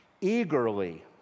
eagerly